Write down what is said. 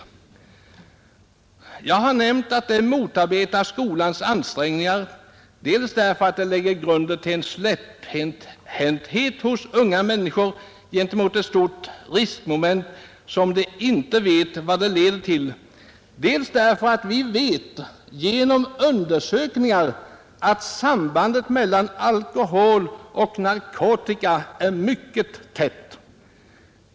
Jag har nämnt att det motarbetar skolans ansträngningar. Dels därför att det lägger grunden till en släpphänthet hos unga människor gentemot ett stort riskmoment, som de inte vet vad det leder till, dels därför att vi vet genom undersökningar, att sambandet mellan alkohol och narkotika är mycket tätt.